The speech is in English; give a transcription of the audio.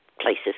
places